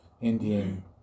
Indian